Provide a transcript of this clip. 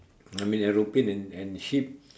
I mean aeroplane and and ship